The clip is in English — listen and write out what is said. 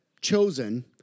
chosen